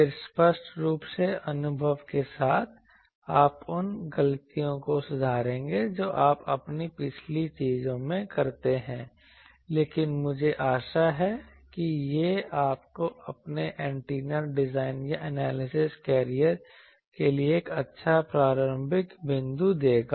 फिर स्पष्ट रूप से अनुभव के साथ आप उन गलतियों को सुधारेंगे जो आप अपनी पिछली चीजों में करते हैं लेकिन मुझे आशा है कि यह आपको अपने एंटीना डिजाइन या एनालिसिस कैरियर के लिए एक अच्छा प्रारंभिक बिंदु देगा